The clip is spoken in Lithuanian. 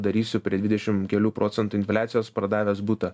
darysiu prie dvidešim kelių procentų infliacijos pardavęs butą